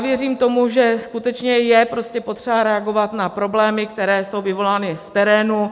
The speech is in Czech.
Věřím tomu, že skutečně je potřeba reagovat na problémy, které jsou vyvolány v terénu.